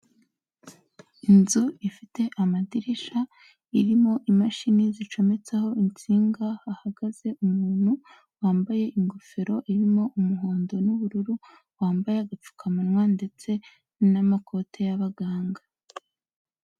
Inzu ifite amadirisha, irimo imashini zicometseho insinga, hahagaze umuntu wambaye ingofero irimo umuhondo n'ubururu, wambaye agapfukamunwa ndetse n'amakote y'abaganga.